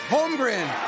Holmgren